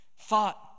Thought